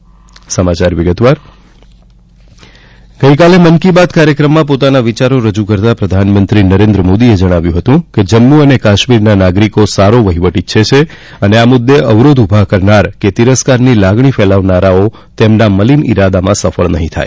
મન કી બાત મોદી ગઈકાલે મન કી બાત કાર્યક્રમમાં પોતાના વિચારો રજૂ કરતાં પ્રધાનમંત્રી નરેન્દ્ર મોદીએ જણાવ્યું હતું કે જમ્મુ અને કાશ્મીરના નાગરીકો સારો વહીવટ ઈચ્છે છે અને આ મુદ્દે અવરોધ ઉભા કરનાર કે તિરસ્કારની લાગણી ફેલાવનારાઓ તેમના મલીન ઈરાદામાં સફળ નહી થાય